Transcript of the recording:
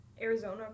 Arizona